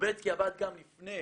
לובצקי עבד גם לפני